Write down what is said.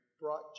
brought